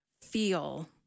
feel